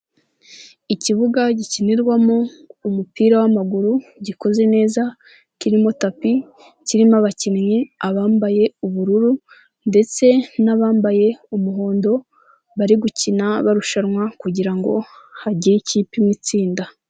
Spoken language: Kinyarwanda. Ikibuga gikinirwamo umupira w'amaguru gikoze neza kirimo tapi, kirimo abakinnyi abambaye ubururu ndetse n'abambaye umuhondo bari gukina barushanwa kugira ngo hagire ikipe imwe itsinda.